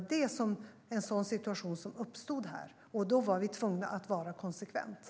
En sådan situation var det som uppstod här, och då var vi tvungna att vara konsekventa.